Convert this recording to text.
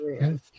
yes